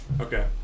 Okay